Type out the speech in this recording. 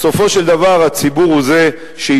בסופו של דבר הציבור הוא שישפוט,